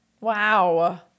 Wow